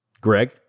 Greg